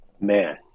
Man